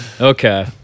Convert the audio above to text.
Okay